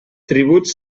tributs